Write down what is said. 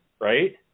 right